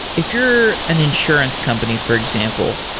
if you're an insurance company, for example,